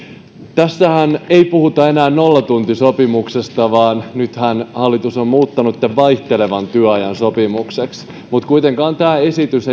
tässähän ei puhuta enää nollatuntisopimuksesta vaan nythän hallitus on muuttanut tämän vaihtelevan työajan sopimukseksi mutta kuitenkaan tämä esitys